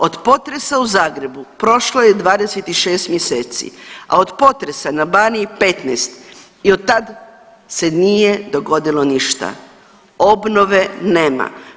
Od potresa u Zagrebu prošlo je 26 mjeseci, a od potresa na Baniji 15 i otad se nije dogodilo ništa, obnove nema.